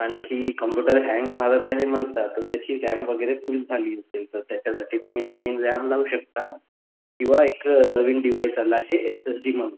आणखी computer hang मारत आहे म्हणता तर त्याची रॅम वगैरे फूल झाली असेल तर त्याच्यासाठी तुम्ही नवीन रॅम लावू शकता किंवा एक नवीन डिवाइस आलं आहे एस एस डी म्हणून